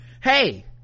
hey